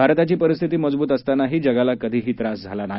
भारताची परिस्थिती मजबूत असतानाही जगाला कधीही त्रास झाला नाही